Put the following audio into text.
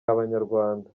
abanyarwanda